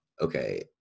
okay